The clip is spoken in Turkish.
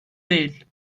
değil